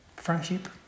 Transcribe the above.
Friendship